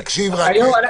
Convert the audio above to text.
היו"ר,